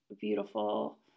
beautiful